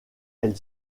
elle